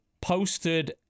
posted